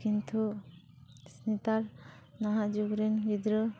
ᱠᱤᱱᱛᱩ ᱱᱮᱛᱟᱨ ᱱᱟᱦᱟᱜ ᱡᱩᱜᱽ ᱨᱮᱱ ᱜᱤᱫᱽᱨᱟᱹ